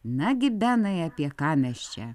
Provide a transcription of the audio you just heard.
nagi benai apie ką mes čia